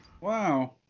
Wow